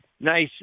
nice